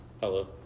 Hello